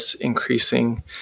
increasing